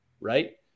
right